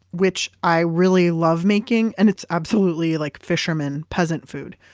which i really love making. and it's absolutely like fishermen, peasant food.